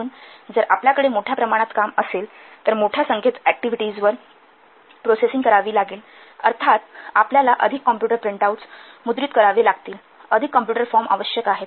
म्हणून जर आपल्याकडे मोठ्या प्रमाणात काम असेल तर मोठ्या संख्येत ऍक्टिव्हिटीजवर प्रोसेसिंग करावी लागेल अर्थात आपल्याला अधिक कॉम्प्युटर प्रिंटआउट्स मुद्रित करावे लागतील अधिक कॉम्प्युटर फॉर्म आवश्यक आहेत